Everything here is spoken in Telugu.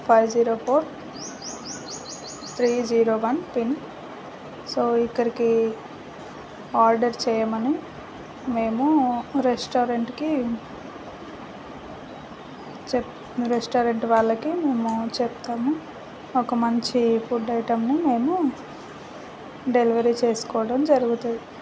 five zero four three zero one pin so ఇక్కడికి ఆర్డర్ చేయమని మేము రెస్టారెంట్కి చెప రెస్టారెంట్ వాళ్ళకి మేము చెప్తాము ఒక మంచి ఫుడ్ ఐటమ్ మేము డెలివరీ చేసుకోవడం జరుగుతుంది